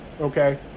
okay